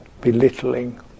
belittling